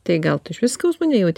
tai gal tu išvis skausmo nejauti